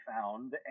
found